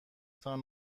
تان